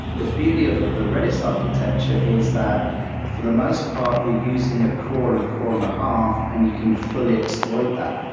the beauty of the redis architecture is that for the most part, you're using a core and a core and a half and you can fully exploit that.